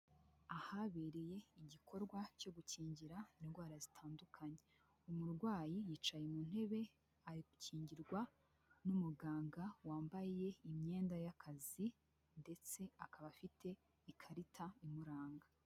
Ahabereye igikorwa cyo gukingira indwara zitandukanye, umurwayi yicaye mu ntebe akingirwa n'umuganga wambaye imyenda y'akazi ndetse akaba afite ikarita imuranga.